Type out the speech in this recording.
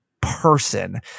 person